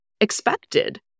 expected